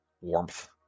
warmth